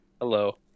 Hello